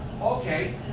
Okay